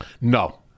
No